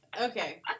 okay